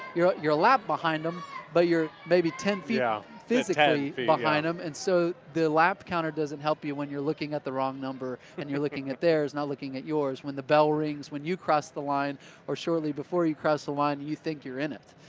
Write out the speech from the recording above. you're a lap behind them but you're maybe ten feet yeah physically behind them, and so the lap counter doesn't help you when you're looking at the wrong number and you're looking at theirs, not looking at yours, when the bell rings when you cross the line or shortly before you cross the line, you think you're in it.